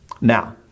Now